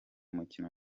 mukino